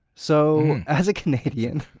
so, as a canadian,